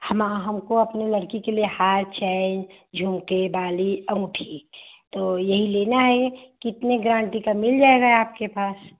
हमा हमको अपनी लड़की के लिए हार चाहिए झुमके बाली अंगूठी तो ये ही लेना है कितने गरंटी का मिल जाएगा आपके पास